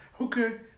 Okay